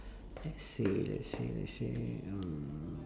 let's say let's say let's say um